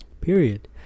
Period